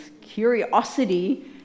Curiosity